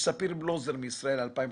לספיר בלוזר מ"ישראל 2050",